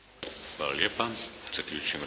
Hvala vam